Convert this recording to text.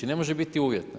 Ne može biti uvjetna.